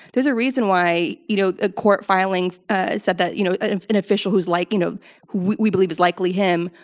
there's a reason why you know a court filing said that you know an an official who's like, you know, who we believe is likely him,